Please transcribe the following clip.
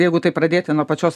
jeigu taip pradėti nuo pačios